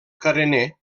carener